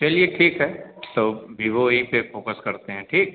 चलिए ठीक है तो बिवो ही पर फोकस करते हैं ठीक